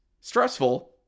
Stressful